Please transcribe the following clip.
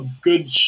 good